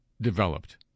developed